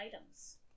items